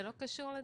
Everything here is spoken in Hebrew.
זה לא קשור לדיווח?